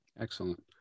Excellent